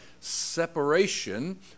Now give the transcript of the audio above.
separation